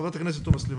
חברת הכנסת תומא סלימאן,